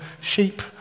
sheep